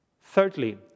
Thirdly